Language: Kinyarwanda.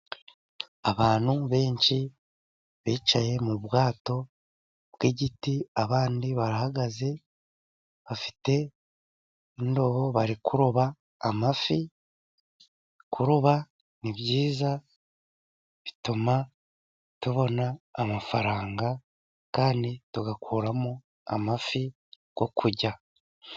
Abantu benshi bicaye mu bwato bw'igiti, abandi barahagaze bafite indobo bari kuroba amafi. Kuroba ni byiza bituma tubona amafaranga kandi tugakuramo amafi yo kurya.